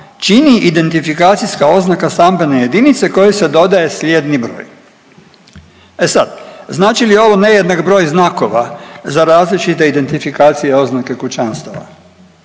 čini identifikacijska oznaka stambene jedinice kojoj se dodaje slijedni broj. E sad znači li ovo nejednak broj znakova za različite identifikacije i oznake kućanstava.